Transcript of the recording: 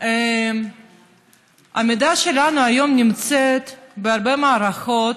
המידע שלנו היום נמצא בהרבה מערכות